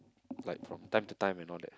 like from time to time you know that